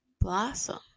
blossom